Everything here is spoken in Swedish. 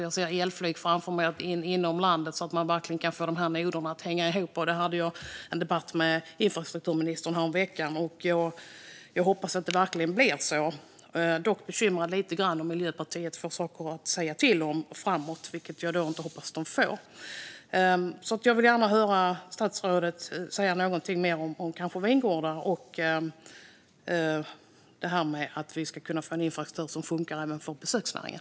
Jag ser framför mig att vi har elflyg inom landet så att man verkligen får dessa noder att hänga ihop. Detta hade jag en debatt om med infrastrukturministern häromveckan. Jag hoppas verkligen att det blir så här. Men jag är lite bekymrad om Miljöpartiet kommer att få något att säga till om framöver. Jag hoppas att de inte får det. Jag vill gärna höra statsrådet säga någonting mer om vingårdar och att vi ska få en infrastruktur som fungerar även för besöksnäringen.